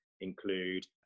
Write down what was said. include